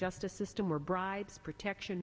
justice system or bribes protection